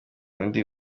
undi